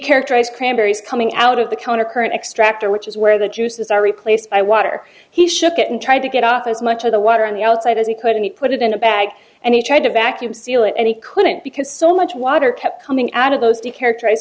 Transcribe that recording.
characterized cranberries coming out of the counter current extractor which is where the juices are replaced by water he shook it and tried to get up as much of the water on the outside as he could and he put it in a bag and he tried to vacuum seal it and he couldn't because so much water kept coming out of those to characterize